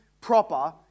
proper